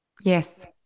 Yes